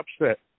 upset